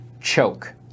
Choke